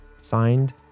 Signed